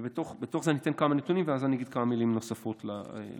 ובתוך זה אתן כמה נתונים ואז אגיד כמה מילים נוספות לעניין.